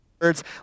words